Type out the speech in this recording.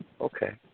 Okay